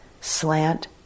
slant